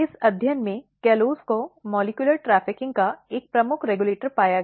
इस अध्ययन में कॉलस को मॉलिक्युलर् ट्रैफिकिंग का एक प्रमुख रेगुलेटर पाया गया